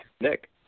Nick